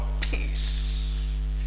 peace